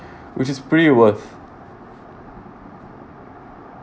which is pretty worth